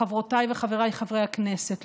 חברותיי וחבריי חברי הכנסת,